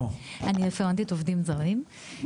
אני רפרנטית עובדים זרים,